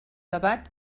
debat